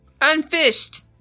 Unfished